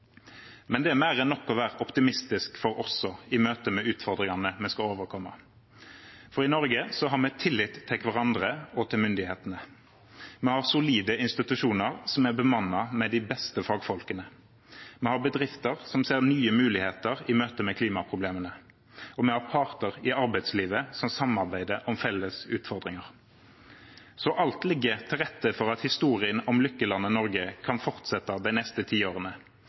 Men det er mer enn nok å være optimistisk for i møte med utfordringene vi skal overkomme. For i Norge har vi tillit til hverandre og til myndighetene. Vi har solide institusjoner som er bemannet med de beste fagfolkene. Vi har bedrifter som ser nye muligheter i møte med klimaproblemene. Og vi har parter i arbeidslivet som samarbeider om felles utfordringer. Så alt ligger til rette for at historien om lykkelandet Norge kan fortsette de neste tiårene.